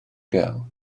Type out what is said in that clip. girl